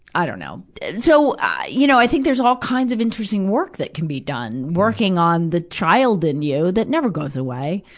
i dunno. so, i you know, i think there's all kinds of interesting work that can be done, working on the child in you that never goes away.